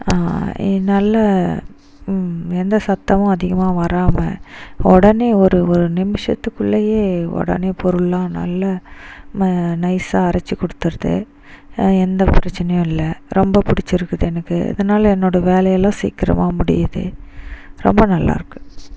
எ நல்ல எந்தச் சத்தமும் அதிகமாக வராமல் உடனே ஒரு ஒரு நிமிஷத்துக்குள்ளலயே உடனே பொருளெலாம் நல்ல ந நைசாக அரச்சுக் கொடுத்துருது எந்தப் பிரச்சினையும் இல்லை ரொம்பப் பிடிச்சிருக்குது எனக்கு இதனால் என்னோடய வேலையெல்லாம் சீக்கிரமாக முடியுது ரொம்ப நல்லாயிருக்கு